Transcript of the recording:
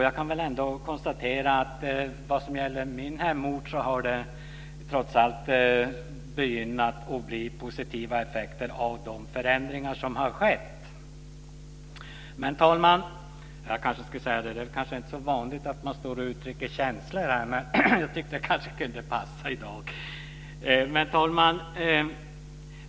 Jag kan konstatera att det har börjat bli positiva effekter för min hemort av de förändringar som har skett. Det är kanske inte så vanligt att man står här och uttrycker känslor, men jag tyckte att det kanske kunde passa i dag. Fru talman!